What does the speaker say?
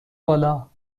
بالا